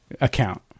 account